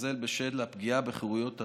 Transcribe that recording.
בשל הפגיעה בחירויות הפרט.